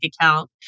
account